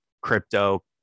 crypto